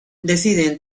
deciden